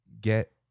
get